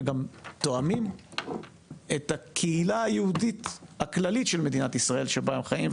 וגם טועמים את הקהילה היהודית הכללית של מדינת ישראל שבה הם חיים,